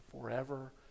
forever